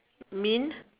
means